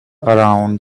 around